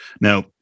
Now